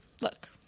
look